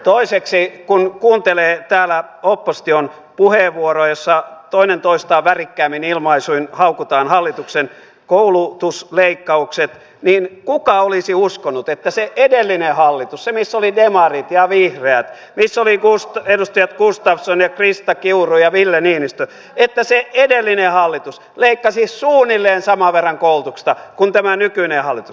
toiseksi kun kuuntelee täällä opposition puheenvuoroja joissa toinen toistaan värikkäämmin ilmaisuin haukutaan hallituksen koulutusleikkaukset niin kuka olisi uskonut että se edellinen hallitus missä olivat demarit ja vihreät missä olivat edustajat gustafsson krista kiuru ja ville niinistö leikkasi suunnilleen saman verran koulutuksesta kuin tämä nykyinen hallitus